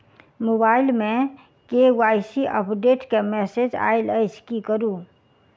Mobile मे KYC update केँ message आइल अछि की करू?